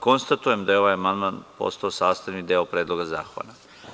Konstatujem da je ovaj amandman postao sastavni deo Predloga zakona.